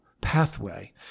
pathway